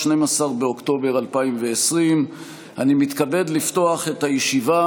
12 באוקטובר 2020. אני מתכבד לפתוח את הישיבה